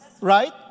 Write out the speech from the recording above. right